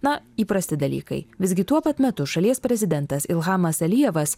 na įprasti dalykai visgi tuo pat metu šalies prezidentas ilhamas alijevas